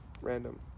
Random